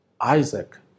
Isaac